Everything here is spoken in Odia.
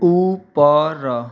ଉପର